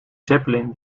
zeppelin